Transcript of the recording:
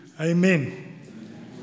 Amen